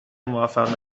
موفق